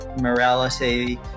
morality